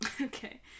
Okay